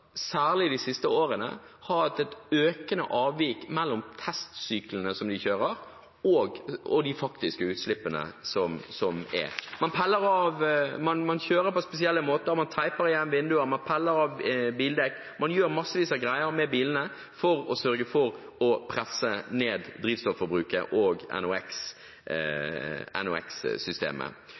særlig de siste årene, har hatt et økende avvik mellom testsyklene som de kjører, og de faktiske utslippene som er. Man kjører på spesielle måter, man taper igjen vinduer, man peller av bildekk – man gjør en masse greier med bilene for å sørge for å presse ned drivstofforbruket og